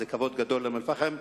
זה כבוד גדול לאום-אל-פחם.